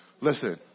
Listen